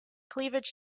cleavage